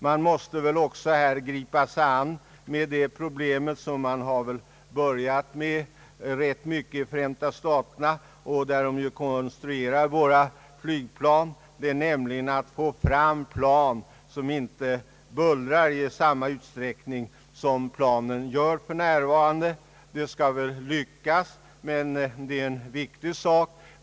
Vi måste också gripa oss an med det problem som man i Förenta staterna i ganska stor utsträckning funderat över och där flygplanen konstrueras med tanke på detta, nämligen att få fram plan vilka inte bullrar lika mycket som planen för närvarande gör. Detta måste väl lyckas, ty det är en viktig fråga.